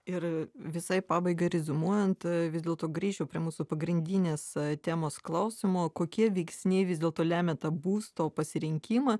ir visai pabaigai reziumuojant vis dėlto grįšiu prie mūsų pagrindinės temos klausimo kokie veiksniai vis dėlto lemia tą būsto pasirinkimą